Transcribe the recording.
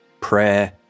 prayer